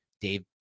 Dave